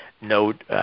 note